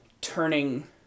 turning